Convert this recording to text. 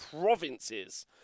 provinces